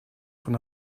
von